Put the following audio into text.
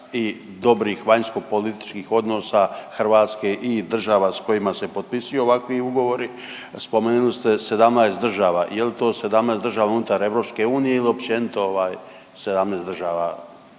i dobrih vanjskopolitičkih odnosa Hrvatske i država s kojima se potpisuju ovakvi ugovori. Spomenuli ste 17 država. Je li to 17 država unutar Europske unije ili općenito ovaj 17 država,